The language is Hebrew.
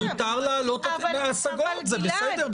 זה בסדר,